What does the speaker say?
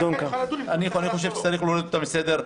אני חושב שצריך להוריד את זה מסדר היום,